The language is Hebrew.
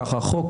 כך החוק,